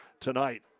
tonight